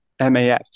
MAF